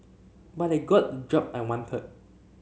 but I got the job I wanted